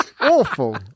awful